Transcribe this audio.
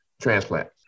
transplant